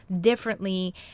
differently